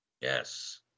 Yes